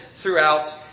throughout